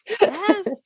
yes